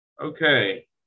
Okay